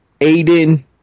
Aiden